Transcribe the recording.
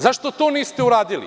Zašto to niste uradili?